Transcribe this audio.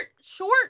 short